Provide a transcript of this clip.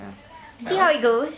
ya see how it goes